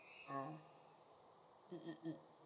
ah um um um